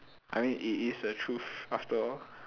I mean it is a truth after all